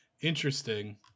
Interesting